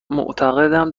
معتقدم